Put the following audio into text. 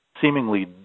seemingly